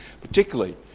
Particularly